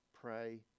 pray